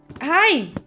Hi